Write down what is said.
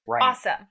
awesome